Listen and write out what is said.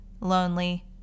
lonely